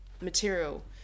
material